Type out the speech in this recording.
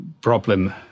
problem